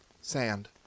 sand